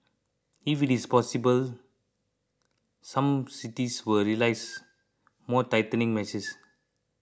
if it is possible some cities will release more tightening measures